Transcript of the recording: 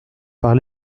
par